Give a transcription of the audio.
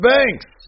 Banks